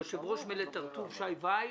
יושב-ראש מלט הר-טוב שי וייל,